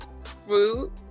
fruit